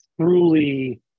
truly